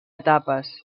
etapes